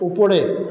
উপরে